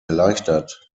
erleichtert